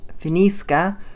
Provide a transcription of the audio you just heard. Finiska